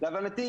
להבנתי,